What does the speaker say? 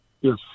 Yes